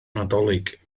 nadolig